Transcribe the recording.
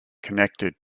connected